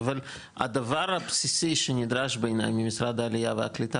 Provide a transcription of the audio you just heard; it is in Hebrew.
אבל הדבר הבסיסי שנדרש בעיני ממשרד העלייה והקליטה